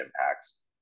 impacts